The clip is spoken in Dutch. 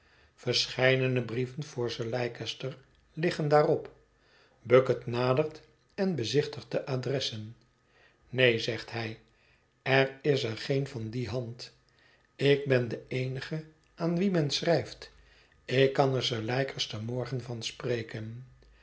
verscheidene brieven voor sir leicester liggen daarop bucket nadert en bezichtigt de adressen neen zegt hij er is er geen van die hand ik ben de éenige aan wien men schrijft ik kan er sir leicester morgen van spreken